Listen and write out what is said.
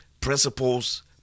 Principles